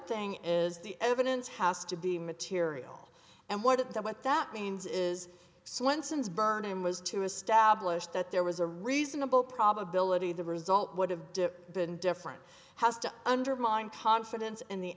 thing is the evidence has to be material and what it that what that means is swenson's burnam was to establish that there was a reasonable probability the result would have dipped been different has to undermine confidence in the